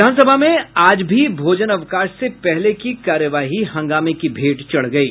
विधान सभा में आज भी भोजनावकाश से पहले की कार्यवाही हंगामे की भेंट चढ़ गयी